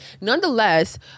nonetheless